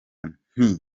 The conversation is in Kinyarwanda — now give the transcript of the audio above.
nti